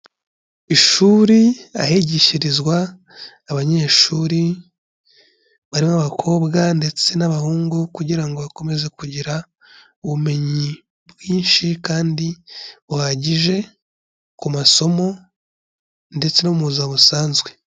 Ishuri ahigishirizwa abanyeshuri barimo abakobwa ndetse n'abahungu kugira ngo bakomeze kugira ubumenyi bwinshi, kandi buhagije ku masomo ndetse no muzima busanzwe.